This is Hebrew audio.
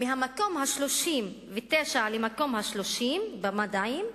מהמקום ה-39 למקום ה-30 במדעים,